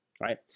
right